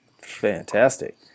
fantastic